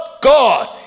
God